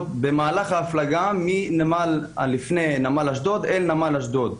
במהלך ההפלגה מנמל שהוא לפני נמל אשדוד אל נמל אשדוד.